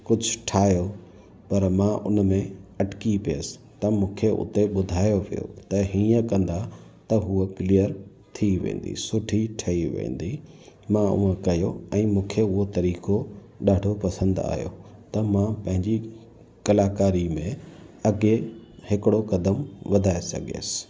कुझु ठाहियो पर मां हुन में अटिकी पियसि त मूंखे उते ॿुधायो वियो त हीअं कंदा त हूअं क्लीअर थी वेंदी सुठी ठही वेंदी मां उअं कयो ऐं मूंखे उहो तरीक़ो ॾाढो पसंदि आयो त मां पंहिंजी कलाकारी में अॻे हिकिड़ो क़दमु वधाए सघियसि